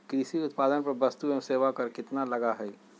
कृषि उत्पादन पर वस्तु एवं सेवा कर कितना लगा हई?